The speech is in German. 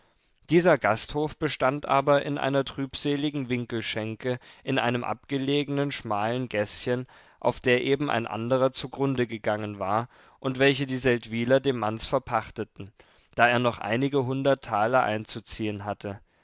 dieser gasthof bestand aber in einer trübseligen winkelschenke in einem abgelegenen schmalen gäßchen auf der eben ein anderer zugrunde gegangen war und welche die seldwyler dem manz verpachteten da er noch einige hundert taler einzuziehen hatte